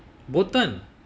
பொத்தான்:bothaan